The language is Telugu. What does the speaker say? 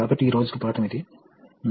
కాబట్టి ఇది 28 వ పాఠం యొక్క ముగింపు